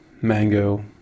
Mango